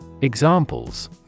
Examples